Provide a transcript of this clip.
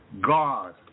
God